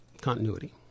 continuity